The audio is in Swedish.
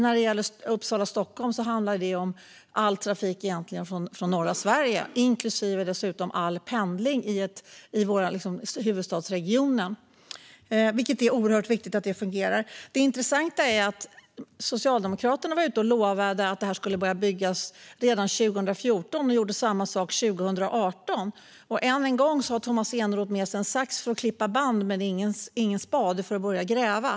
När det gäller Uppsala-Stockholm handlar det om all trafik från norra Sverige, inklusive all pendling i huvudstadsregionen, och det är oerhört viktigt att detta fungerar. Socialdemokraterna lovade redan 2014 att detta skulle börja byggas. Samma sak gjorde de 2018. Men än en gång har Tomas Eneroth med sig en sax för att klippa band men ingen spade för att börja gräva.